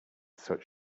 such